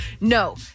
No